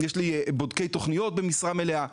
יש לי בודקי תכניות במשרה מלאה,